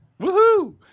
Woohoo